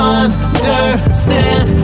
understand